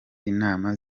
inama